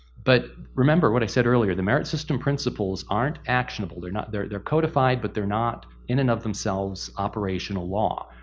but remember what i said earlier, the merit system principles aren't actionable. they're not, they're they're codified, but they're not in and of themselves operational law.